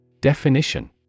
Definition